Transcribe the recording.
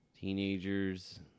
teenagers